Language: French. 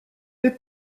peu